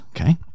okay